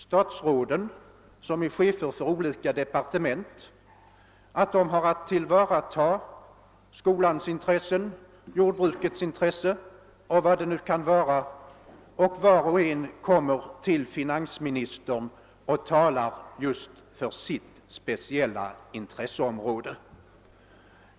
Statsråden, som är chefer för olika departement, har ju att tillvarata skolans intresse, jordbrukets intresse osv., och var och en av dem vänder sig till finansministern och talar för sitt speciella intresseområde.